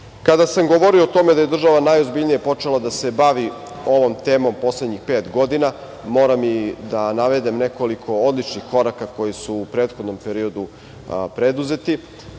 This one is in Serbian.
sam govorio o tome da je država najozbiljnije počela da se bavi ovom temom poslednjih pet godina, moram i da navedem nekoliko odličnih koraka koji su u prethodnom periodu preuzeti.